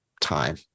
time